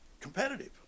competitive